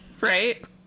Right